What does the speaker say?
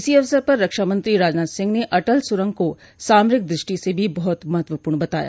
इस अवसर पर रक्षामंत्री राजनाथ सिंह ने अटल सुरंग को सामरिक दृष्टि से भी बहुत महत्वतपूर्ण बताया